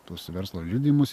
tuos verslo liudijimus